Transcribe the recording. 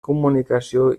comunicació